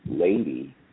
lady